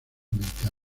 mental